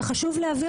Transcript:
וחשוב להבהיר,